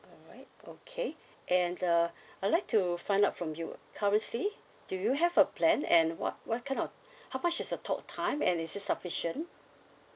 alright okay and uh I'd like to find out from you currently do you have a plan and what what kind of how much is the talk time and is it sufficient